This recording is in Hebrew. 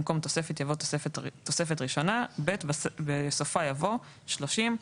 במקום "תוספת" יבוא "תוספת ראשונה"; (ב)בסופה יבוא: "30.